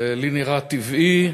זה לי נראה טבעי,